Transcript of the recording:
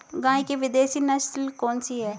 गाय की विदेशी नस्ल कौन सी है?